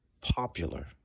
popular